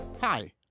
Hi